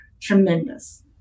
tremendous